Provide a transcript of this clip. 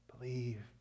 Believe